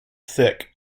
thick